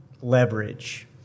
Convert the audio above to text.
leverage